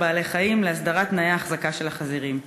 בעלי-חיים להסדרת תנאי ההחזקה של החזירים.